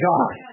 God